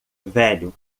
velho